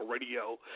Radio